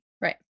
Right